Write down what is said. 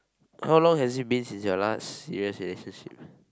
how long has it been since your last serious relationship